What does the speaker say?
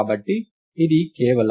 కాబట్టి ఇది కేవలం ఉంది